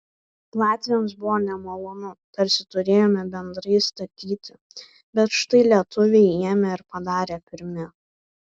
latviams buvo nemalonu tarsi turėjome bendrai statyti bet štai lietuviai ėmė ir padarė pirmi